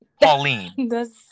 Pauline